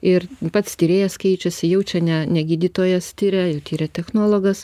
ir pats tyrėjas keičiasi jau čia ne ne gydytojas tiria jau tiria technologas